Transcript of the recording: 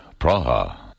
Praha